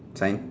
sign